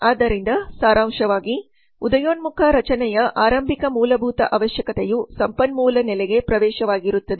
ಆದ್ದರಿಂದ ಸಾರಾಂಶವಾಗಿ ಉದಯೋನ್ಮುಖ ರಚನೆಯ ಆರಂಭಿಕ ಮೂಲಭೂತ ಅವಶ್ಯಕತೆಯು ಸಂಪನ್ಮೂಲ ನೆಲೆಗೆ ಪ್ರವೇಶವಾಗಿರುತ್ತದೆ